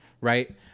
right